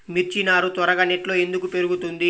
మిర్చి నారు త్వరగా నెట్లో ఎందుకు పెరుగుతుంది?